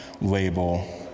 label